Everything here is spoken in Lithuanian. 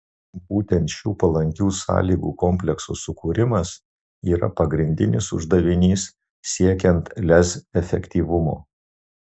būtent šių palankių sąlygų komplekso sukūrimas yra pagrindinis uždavinys siekiant lez efektyvumo